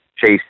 chase